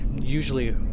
usually